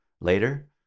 later